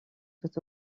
tout